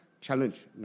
challenge